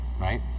right